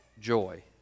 joy